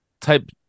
type